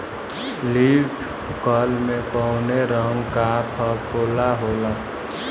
Leaf curl में कौने रंग का फफोला होला?